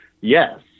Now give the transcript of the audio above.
Yes